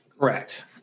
Correct